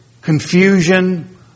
confusion